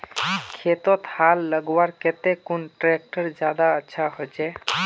खेतोत हाल लगवार केते कुन ट्रैक्टर ज्यादा अच्छा होचए?